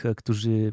którzy